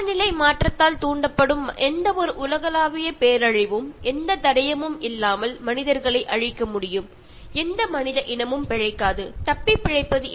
കാലാവസ്ഥാവ്യതിയാനം കൊണ്ട് ഉണ്ടാകുന്ന ഏതൊരു ദുരന്തത്തിനും മനുഷ്യനെ ഭൂമുഖത്തു നിന്ന് അപ്രത്യക്ഷമാകാൻ ഉള്ള കഴിവുണ്ടായിരിക്കും